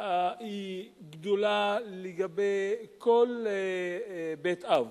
גדולה לגבי כל בית-אב,